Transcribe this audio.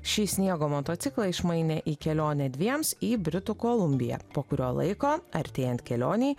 šį sniego motociklą išmainė į kelionę dviems į britų kolumbiją po kurio laiko artėjant kelionei